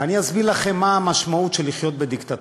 ואני אסביר לכם מהי המשמעות של לחיות בדיקטטורה.